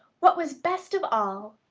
what was best of all,